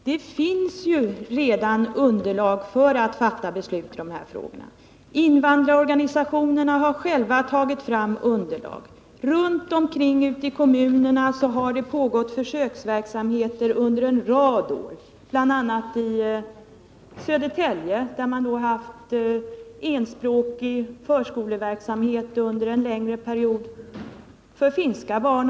Herr talman! Det finns redan underlag för att fatta beslut i dessa frågor. Invandrarorganisationerna har själva tagit fram det underlaget. Runt omkring i kommunerna har pågått försöksverksamhet under en rad år, bl.a. i Södertälje, där man haft enspråkig förskoleverksamhet under en längre period för finska barn.